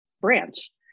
branch